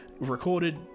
recorded